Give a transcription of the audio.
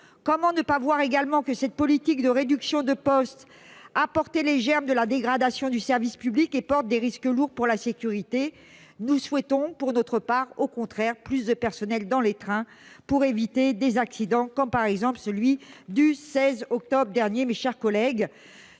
comment ne pas voir également que cette politique de réduction de postes à porter les germes de la dégradation du service public et porte des risques lourds pour la sécurité, nous souhaitons pour notre part au contraire plus de personnel dans les trains pour éviter des accidents, comme par exemple celui du 16 octobre dernier, mes chers collègues,